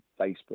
Facebook